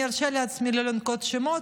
אני ארשה לעצמי לא לנקוב בשמות,